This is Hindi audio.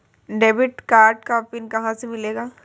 डेबिट कार्ड का पिन कहां से मिलेगा?